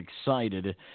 excited